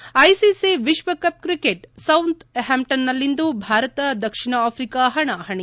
ಹಾಗೂ ಐಸಿಸಿ ವಿಶ್ವಕಪ್ ಕ್ರಿಕೆಟ್ ಸೌತ್ ಹ್ಯಾಂಪ್ಲನ್ನಲ್ಲಿಂದು ಭಾರತ ದಕ್ಷಿಣ ಆಫ್ರಿಕಾ ಹಣಾಹಣಿ